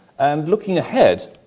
and looking ahead.